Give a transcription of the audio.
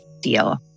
deal